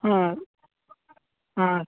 ಹಾಂ ಹಾಂ